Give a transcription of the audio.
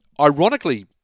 ironically